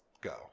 go